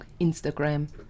Instagram